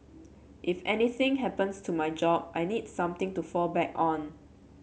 if anything happens to my job I need something to fall back on